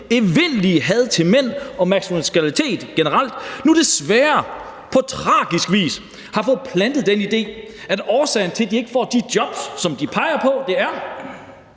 evindelige had til mænd og maskulinitet generelt nu desværre på tragisk vis har fået plantet den idé, at årsagen til, at de ikke få de jobs, som de peger på, er